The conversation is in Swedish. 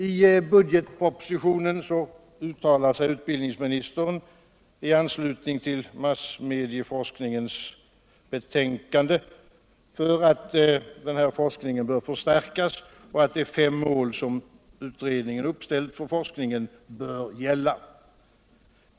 I budgetpropositionen uttalar sig utbildningsministern i anslutning till massmedieforskningsutredningens betänkande för att denna forskning bör förstärkas och att de fem mål som utredningen uppställt för forskningen bör gälla.